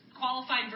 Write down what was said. qualified